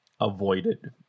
Avoided